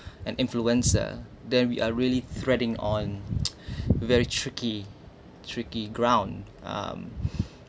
an influencer then we are really threading on very tricky tricky ground um